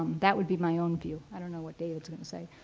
that would be my own view. i don't know what david's going to say.